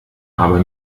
aber